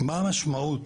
מה המשמעות